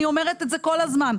אני אומרת את זה כל הזמן,